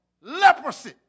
leprosy